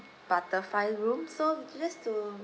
butterfly room so just to